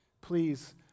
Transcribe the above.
Please